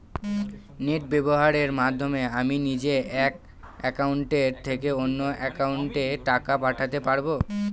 Net ব্যবহারের মাধ্যমে আমি নিজে এক অ্যাকাউন্টের থেকে অন্য অ্যাকাউন্টে টাকা পাঠাতে পারব?